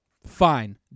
fine